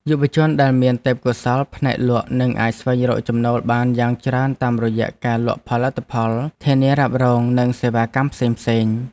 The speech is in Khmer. យុវជនដែលមានទេពកោសល្យផ្នែកលក់នឹងអាចស្វែងរកចំណូលបានយ៉ាងច្រើនតាមរយៈការលក់ផលិតផលធានារ៉ាប់រងនិងសេវាកម្មផ្សេងៗ។